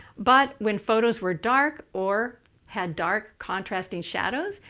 but when photos were dark or had dark contrasting shadows,